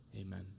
Amen